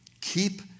Keep